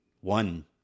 one